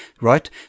right